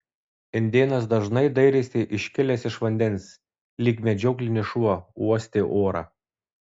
indėnas dažnai dairėsi iškilęs iš vandens lyg medžioklinis šuo uostė orą